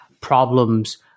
problems